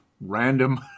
random